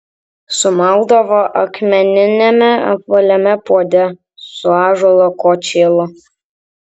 sumaldavo akmeniniame apvaliame puode su ąžuolo kočėlu